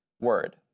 word